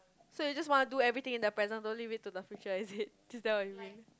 so you just want to do everything in the present don't leave it to the future is it is that what you mean